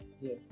yes